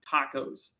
Tacos